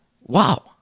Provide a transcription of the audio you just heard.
wow